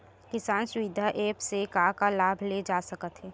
किसान सुविधा एप्प से का का लाभ ले जा सकत हे?